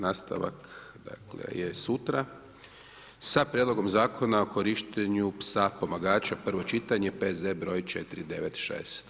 Nastavak dakle je sutra sa Prijedlogom zakona o korištenju psa pomagača, prvo čitanje, P.Z. br. 496.